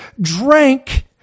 drank